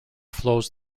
flows